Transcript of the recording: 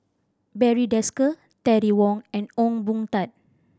Barry Desker Terry Wong and Ong Boon Tat